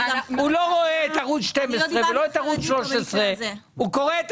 הוא לא רואה ערוץ 12 ולא ערוץ 13. הוא קורא את